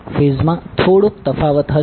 ફેઝમાં થોડોક તફાવત હશે